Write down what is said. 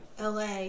LA